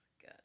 good